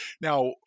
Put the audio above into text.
Now